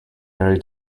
very